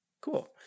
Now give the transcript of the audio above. cool